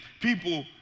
people